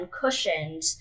cushioned